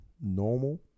normal